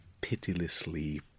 pitilessly